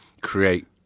create